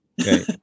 Okay